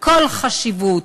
כל חשיבות,